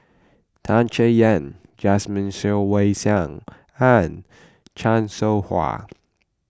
Tan Chay Yan Jasmine Ser Xiang Wei and Chan Soh Ha